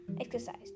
exercised